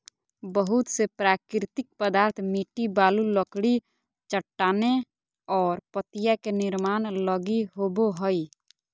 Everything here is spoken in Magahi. बहुत से प्राकृतिक पदार्थ मिट्टी, बालू, लकड़ी, चट्टानें और पत्तियाँ के निर्माण लगी होबो हइ